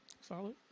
Solid